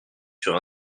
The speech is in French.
sur